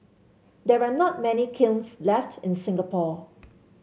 there are not many kilns left in Singapore